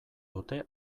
dute